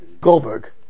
Goldberg